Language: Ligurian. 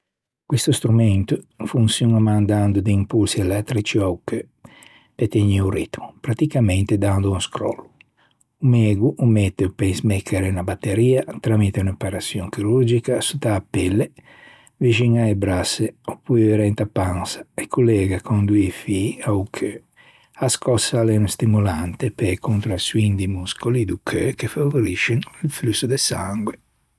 Questo strumento o fonçioña mandando di impulsi elettrici a-o cheu pe tegnî o ritmo. Pratticamente dando un scròllo. O mego o mette o pace-maker e unna batteria tramite unn'operaçion chirurgica sott'a-a pelle, vixin a-e brasse opure inta pansa. Î collega con doî fî a-o cheu. A scòssa a l'é un stimolante pe-e contraçioin di moscoli do cheu che favoriscen o flusso de sangue.